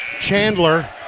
Chandler